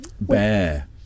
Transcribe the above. bear